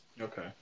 Okay